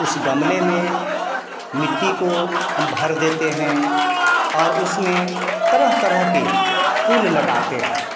उस गमले में मिट्टी को हम भर देते हैं और उसमें तरह तरह के फूल लगाते हैं